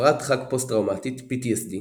הפרעת דחק פוסט טראומטית PTSD,